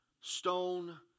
stone